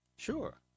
Sure